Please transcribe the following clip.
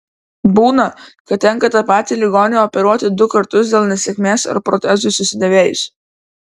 būna kad tenka tą patį ligonį operuoti du kartus dėl nesėkmės ar protezui susidėvėjus